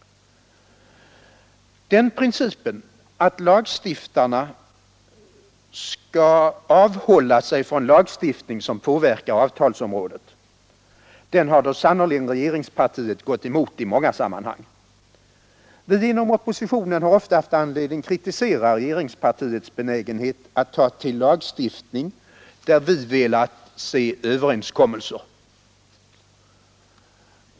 Den principen — att lagstiftarna skall avhålla sig från lagstiftning som påverkar avtalsområdet — har då sannerligen regeringspartiet gått emot i många sammanhang. Inom oppositionen har vi ofta haft anledning kritisera regeringspartiets benägenhet att ta till lagstiftning där vi velat se fria överenskommelser.